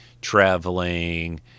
traveling